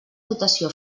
dotació